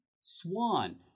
Swan